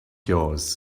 yours